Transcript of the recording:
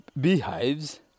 beehives